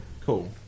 cool